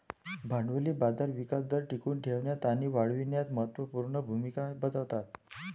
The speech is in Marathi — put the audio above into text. भांडवली बाजार विकास दर टिकवून ठेवण्यात आणि वाढविण्यात महत्त्व पूर्ण भूमिका बजावतात